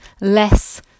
less